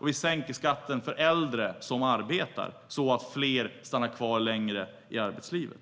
Och vi sänker skatten för äldre som arbetar så att fler stannar kvar längre i arbetslivet.